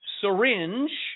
syringe